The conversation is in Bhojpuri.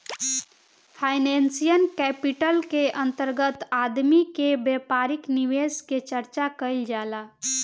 फाइनेंसियल कैपिटल के अंदर आदमी के व्यापारिक निवेश के चर्चा कईल जाला